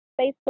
Facebook